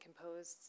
composed